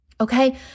Okay